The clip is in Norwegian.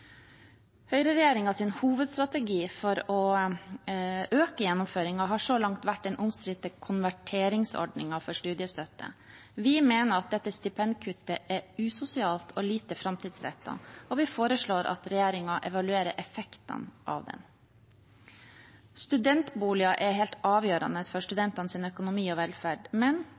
hovedstrategi for å øke gjennomføringen har så langt vært den omstridte konverteringsordningen for studiestøtten. Vi mener at dette stipendkuttet er usosialt og lite framtidsrettet, og vi foreslår at regjeringen evaluerer effektene av den. Studentboliger er helt avgjørende for studentenes økonomi og velferd, men